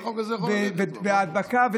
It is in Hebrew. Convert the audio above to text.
והדבקה.